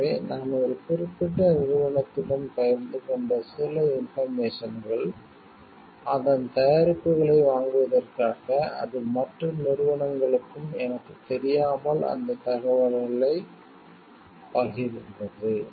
எனவே நான் ஒரு குறிப்பிட்ட நிறுவனத்துடன் பகிர்ந்து கொண்ட சில இன்போர்மேசன்கள் அதன் தயாரிப்புகளை வாங்குவதற்காக அது மற்ற நிறுவனங்களுக்கும் எனக்குத் தெரியாமல் அந்த தகவலைப் பகிர்கிறது